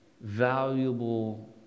valuable